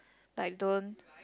like don't